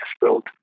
built